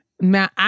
Now